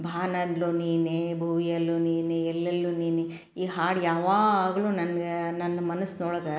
ಬಾನಲ್ಲು ನೀನೇ ಭುವಿಯಲ್ಲು ನೀನೇ ಎಲ್ಲೆಲ್ಲು ನೀನೇ ಈ ಹಾಡು ಯಾವಾಗ್ಲೂ ನನ್ಗೆ ನನ್ನ ಮನಸ್ನೊಳಗೆ